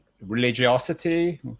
religiosity